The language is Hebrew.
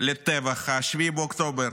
לטבח 7 באוקטובר.